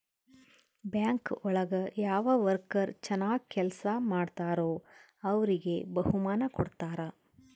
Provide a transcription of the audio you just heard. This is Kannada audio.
ಬ್ಯಾಂಕ್ ಒಳಗ ಯಾವ ವರ್ಕರ್ ಚನಾಗ್ ಕೆಲ್ಸ ಮಾಡ್ತಾರೋ ಅವ್ರಿಗೆ ಬಹುಮಾನ ಕೊಡ್ತಾರ